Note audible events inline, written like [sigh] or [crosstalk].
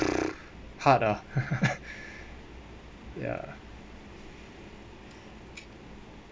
[noise] hard ah [laughs] ya